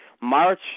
March